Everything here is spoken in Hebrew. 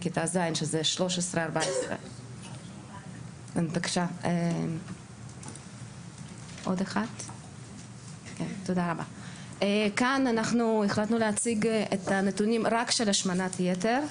כיתה ז' שזה 14-13. כאן החלטנו להציג רק את הנתונים של השמנת יתר,